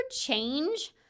change